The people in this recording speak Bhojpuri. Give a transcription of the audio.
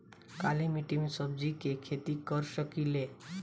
काली मिट्टी में सब्जी के खेती कर सकिले?